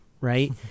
right